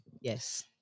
yes